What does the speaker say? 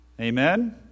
Amen